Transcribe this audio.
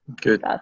Good